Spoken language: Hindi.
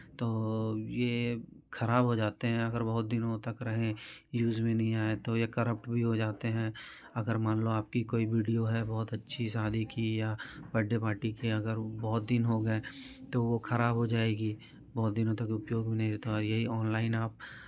तो ये खराब हो जाते हैं अगर बहुत दिनों तक रहें यूज़ में नहीं आए तो ये करप्ट भी हो जाते हैं अगर मान लो आपकी कोई वीडियो है बहुत अच्छी शादी की या बड्डे पार्टी की अगर बहुत दिन हो गए तो वो खराब हो जाएगी बहुत दिनों तक उपयोग में नहीं रहती और यही ऑनलाइन आप